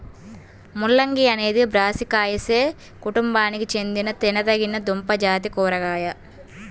ముల్లంగి అనేది బ్రాసికాసియే కుటుంబానికి చెందిన తినదగిన దుంపజాతి కూరగాయ